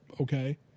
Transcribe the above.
okay